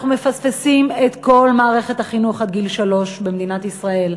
אנחנו מפספסים את כל מערכת החינוך עד גיל שלוש במדינת ישראל.